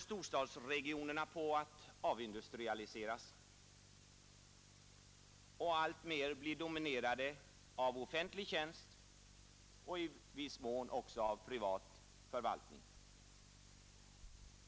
Storstadsregionerna avindustrialiseras för att alltmer domineras av offentlig tjänst och i viss mån också av privat förvaltning.